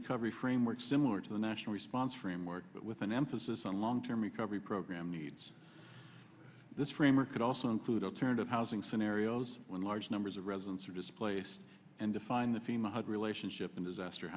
recovery framework similar to the national response framework but with an emphasis on long term recovery program needs this framework could also include alternative housing scenarios when large numbers of residents are displaced and define the female head relationship in disaster